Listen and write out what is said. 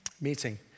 meeting